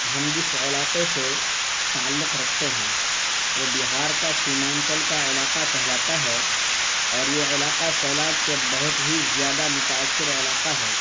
ہم جس علاقے سے تعلق رکھتے ہیں وہ بہار کا سیمانچل کا علاقہ کہلاتا ہے اور یہ علاقہ سیلاب سے بہت ہی زیادہ متاثر علاقہ ہے